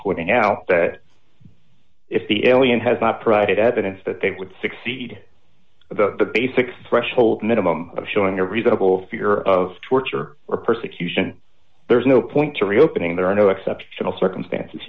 pointing out that if the alien has not provided evidence that they would succeed the basic threshold minimum of showing a reasonable fear of torture or persecution there's no point to reopening there are no exceptional circumstances